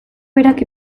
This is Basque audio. berak